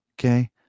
Okay